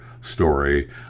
story